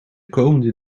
komende